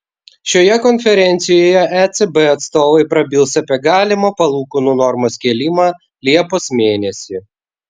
šioje konferencijoje ecb atstovai prabils apie galimą palūkanų normos kėlimą liepos mėnesį